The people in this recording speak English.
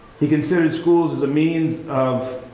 he considered schools as a means of